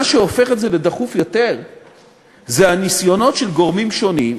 מה שהופך את זה לדחוף יותר זה הניסיונות של גורמים שונים,